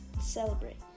celebrate